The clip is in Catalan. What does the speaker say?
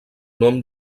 nom